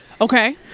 Okay